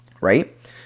right